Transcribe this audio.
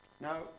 Now